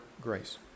grace